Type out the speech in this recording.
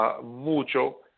mucho